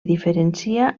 diferencia